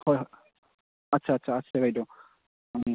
হয় আচ্ছা আচ্ছা আছে বাইদেউ